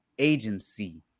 agency